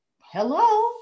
Hello